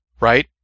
right